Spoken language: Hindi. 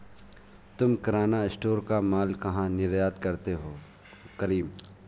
तुम किराना स्टोर का मॉल कहा निर्यात करते हो करीम?